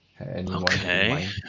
Okay